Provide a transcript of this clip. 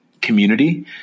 community